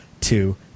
two